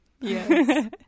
Yes